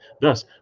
Thus